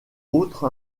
autre